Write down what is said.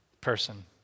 person